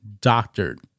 doctored